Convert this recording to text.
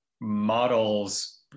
models